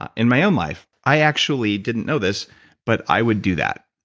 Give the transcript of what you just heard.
ah in my own life i actually didn't know this but i would do that.